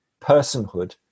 personhood